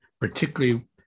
particularly